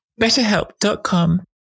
betterhelp.com